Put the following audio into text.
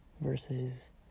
versus